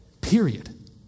Period